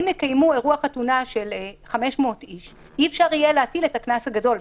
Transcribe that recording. אם יקיימו אירוע חתונה של 500 אנשים אי אפשר יהיה להטיל את הקנס הגדול.